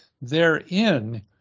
therein